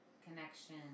connection